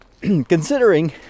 considering